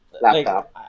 laptop